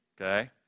okay